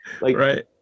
Right